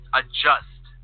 adjust